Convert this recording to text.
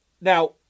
now